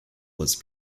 was